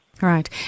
Right